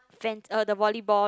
friends uh the volleyball